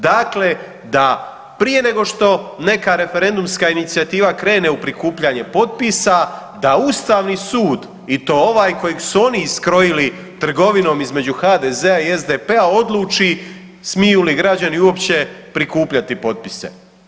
Dakle, da prije nego što neka referendumska inicijativa krene u prikupljanje potpisa da Ustavni sud i to ovaj kojeg su oni iskrojili trgovinom između HDZ-a i SDP-a odluči smiju li građani uopće prikupljati potpisa.